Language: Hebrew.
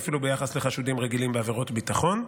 ואפילו ביחס לחשודים רגילים בעבירות ביטחון.